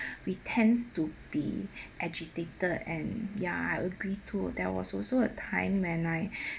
we tends to be agitated and ya I agree too there was also a time when I